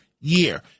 year